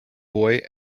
boy